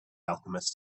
alchemist